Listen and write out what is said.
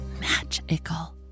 magical